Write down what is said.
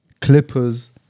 Clippers